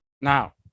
Now